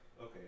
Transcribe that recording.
Okay